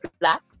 flat